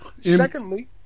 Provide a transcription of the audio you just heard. Secondly